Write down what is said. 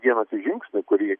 vienas žingsnį kurį